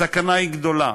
הסכנה היא גדולה.